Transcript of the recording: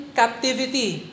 captivity